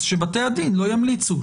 אז שבתי הדין לא ימליצו,